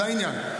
זה העניין.